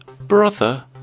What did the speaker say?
brother